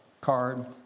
card